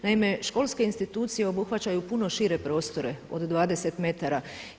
Naime, školske institucije obuhvaćaju puno šire prostore od 20 metara.